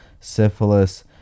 syphilis